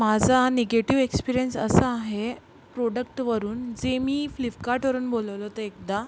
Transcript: माझा negative experience असा आहे प्रोडक्टवरून जे मी फ्लिफकार्टवरून बोलवलं होतं एकदा